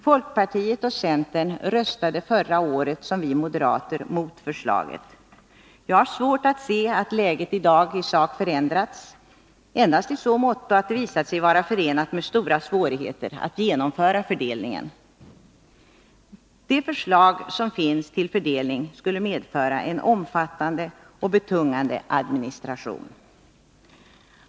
Folkpartiet och centern röstade förra året som vi moderater — mot förslaget. Jag har svårt att se att läget i dag i sak har förändrats — endast i så måtto att det visat sig vara förenat med stora svårigheter att genomföra fördelningen. De förslag till fördelning som finns skulle medföra en omfattande och betungande administration.